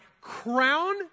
crown